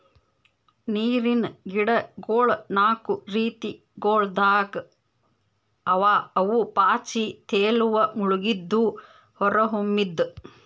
ನೀರಿನ್ ಗಿಡಗೊಳ್ ನಾಕು ರೀತಿಗೊಳ್ದಾಗ್ ಅವಾ ಅವು ಪಾಚಿ, ತೇಲುವ, ಮುಳುಗಿದ್ದು, ಹೊರಹೊಮ್ಮಿದ್